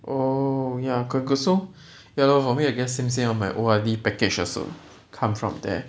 oh ya good good so ya lor for me same same on my O_R_D package also come from there